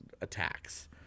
attacks